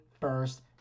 first